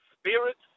spirits